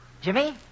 Jimmy